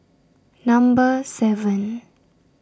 Number seven